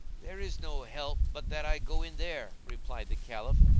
there is no help but that i go in there, replied the caliph,